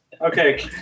okay